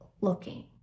looking